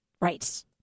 right